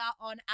on